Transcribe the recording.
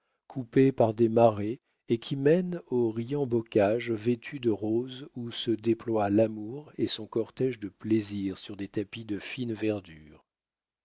coupée par des marais et qui mène aux riants bocages vêtus de roses où se déploient l'amour et son cortége de plaisirs sur des tapis de fine verdure